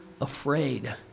afraid